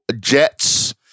jets